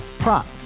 Prop